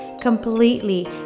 completely